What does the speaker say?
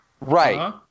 Right